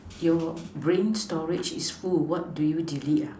your brain storage is full what do you delete